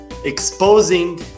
Exposing